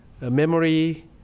memory